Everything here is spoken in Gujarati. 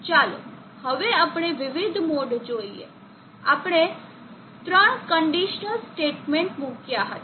ચાલો હવે આપણે વિવિધ મોડ જોઈએ આપણે 3 કન્ડિશન્લ સ્ટેટમેન્ટ મુક્યા હતા